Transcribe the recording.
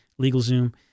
LegalZoom